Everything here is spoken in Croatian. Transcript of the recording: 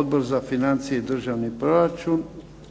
Odbor za financije i državni proračun?